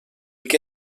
que